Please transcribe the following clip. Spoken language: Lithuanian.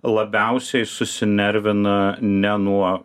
labiausiai susinervina ne nuo